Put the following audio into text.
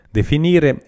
Definire